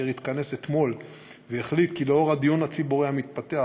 והוא התכנס אתמול והחליט כי לנוכח הדיון הציבורי המתפתח,